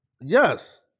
Yes